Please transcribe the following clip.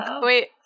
Wait